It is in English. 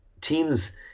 teams